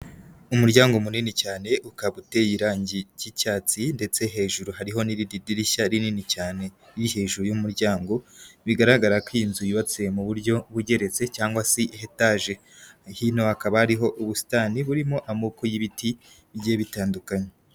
Umuryango munini cyane ukaba uteye irange ry'icyatsi ndetse hejuru hariho n'irindi dirishya rinini cyane riri hejuru y'umuryango bigaragara ko iyi nzu yubatse mu buryo bugeretse cyangwa se etaje, hino hakaba hariho ubusitani burimo amoko y'ibiti bigiye bitandukanye.